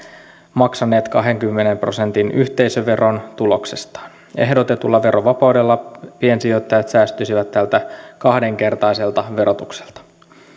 maksaneet kahdenkymmenen prosentin yhteisöveron tuloksestaan ehdotetulla verovapaudella piensijoittajat säästyisivät tältä kahdenkertaiselta verotukselta